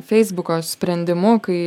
feisbuko sprendimu kai